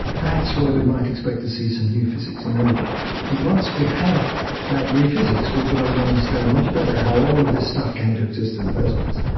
that's where we might expect to see some new physics emerging. i think once we have that new physics we'll be able to understand much better how all of this stuff came to exist in the first place.